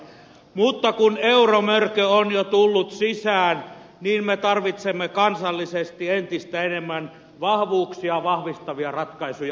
mutta kun euromörkö on jo tullut sisään niin me tarvitsemme kansallisesti entistä enemmän vahvuuksia vahvistavia ratkaisuja